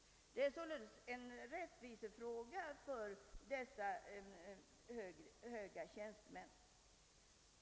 Det är således en rättvisefråga för dessa höga tjänstemän.